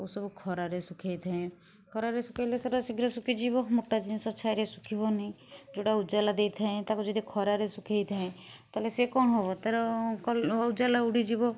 ସବୁ ଖରା ରେ ଶୁଖେଇଥାଏ ଖରାରେ ଶୁଖେଇଲେ ସେଟା ଶୀଘ୍ର ଶୁଖିଯିବ ମୋଟା ଜିନିଷ ଛାଇରେ ଶୁଖିବନି ଯେଉଁଟା ଉଜାଲା ଦେଇଥାଏ ତାକୁ ଯଦି ଖରା ରେ ଶୁଖେଇଥାଏ ତାହେଲେ ସେ କଣ ହବ ତା'ର କଲ ଉଜାଲା ଉଡ଼ିଯିବ